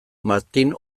martin